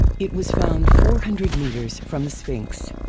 it was found four hundred meters from the sphinx.